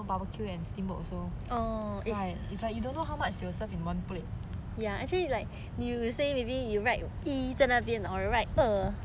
and steamboat also it's like you don't know how much they will serve in one plate